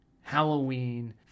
Halloween